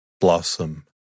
blossom